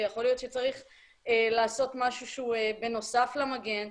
ויכול להיות שצריך לעשות משהו בנוסף למגן,